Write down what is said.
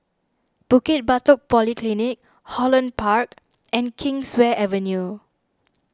Bukit Batok Polyclinic Holland Park and Kingswear Avenue